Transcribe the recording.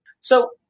So-